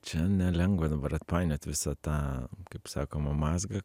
čia nelengva dabar atpainiot visą tą kaip sakoma mazgą